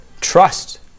Trust